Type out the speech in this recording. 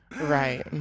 Right